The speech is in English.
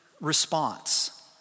response